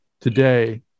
today